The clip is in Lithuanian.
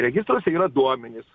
registruose yra duomenys